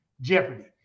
jeopardy